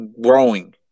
growing